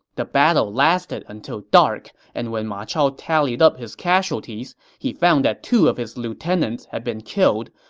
the battle lasted until dark, and when ma chao tallied up his casualties, he found that two of his lieutenants had been killed,